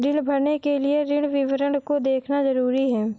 ऋण भरने के लिए ऋण विवरण को देखना ज़रूरी है